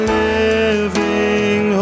living